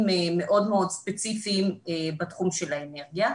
מאוד מאוד ספציפיים בתחום של האנרגיה.